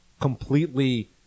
completely